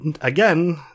again